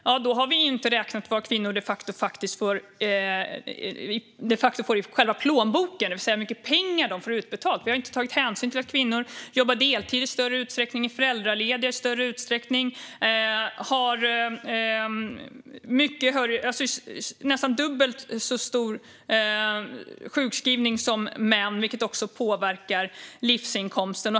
Men den siffran säger inget om vad kvinnor faktiskt får utbetalt eftersom den inte tas hänsyn till att kvinnor jobbar deltid och är föräldralediga i större utsträckning och har nästan dubbelt så stor sjukskrivning som män. Detta påverkar såklart livsinkomsten.